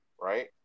right